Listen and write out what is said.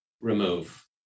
remove